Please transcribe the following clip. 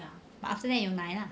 but after that 有奶 lah